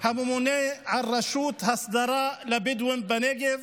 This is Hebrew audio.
הממונה על הרשות להסדרת התיישבות הבדואים בנגב